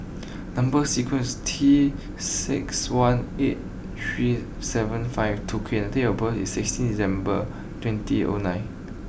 number sequence T six one eight three seven five two K and date of birth is sixteen December twenty O nine